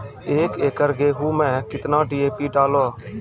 एक एकरऽ गेहूँ मैं कितना डी.ए.पी डालो?